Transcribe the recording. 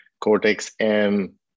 Cortex-M